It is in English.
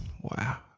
Wow